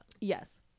Yes